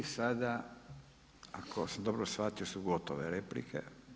I sada ako sam dobro shvatio su gotove replike.